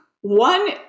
One